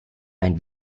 ein